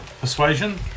persuasion